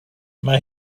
mae